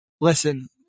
Listen